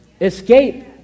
escape